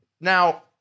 Now